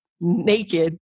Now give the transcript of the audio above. naked